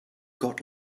got